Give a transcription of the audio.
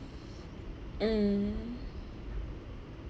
mm